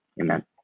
Amen